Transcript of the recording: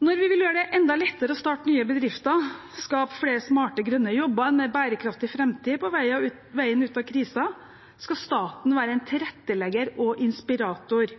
Når vi vil gjøre det enda lettere å starte nye bedrifter, skape flere smarte, grønne jobber og en mer bærekraftig framtid på veien ut av krisen, skal staten være en tilrettelegger og inspirator